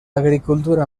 agricultura